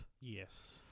Yes